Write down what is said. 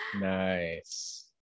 Nice